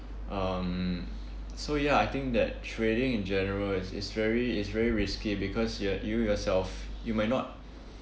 um so ya I think that trading in general is is very is very risky because you're you yourself you might not